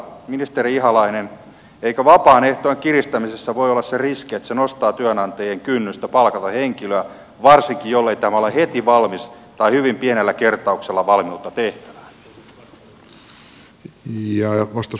ministeri ihalainen eikö vapaan ehtojen kiristämisessä voi olla se riski että se nostaa työnantajien kynnystä palkata henkilö varsinkin jollei tämä ole heti tai hyvin pienellä kertauksella valmis tehtävään